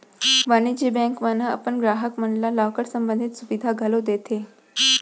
वाणिज्य बेंक मन ह अपन गराहक मन ल लॉकर संबंधी सुभीता घलौ देथे